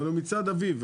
אלא הוא מצד אביו,